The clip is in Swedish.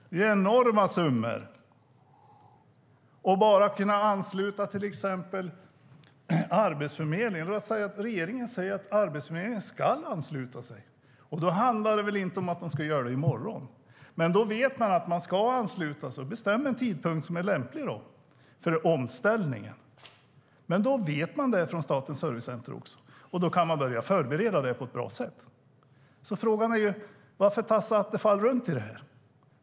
Det är enorma summor. Man skulle kunna ansluta till exempel Arbetsförmedlingen. Låt säga att regeringen säger att Arbetsförmedlingen ska ansluta sig. Då handlar det väl inte att den ska göra det i morgon. Men då vet de att de ska ansluta sig. Bestäm då en tidpunkt som är lämplig för omställningen. Då vet de det också från Statens servicecenter och kan börja förbereda det på ett bra sätt. Frågan är: Varför tassar Attefall runt detta?